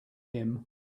him